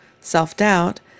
self-doubt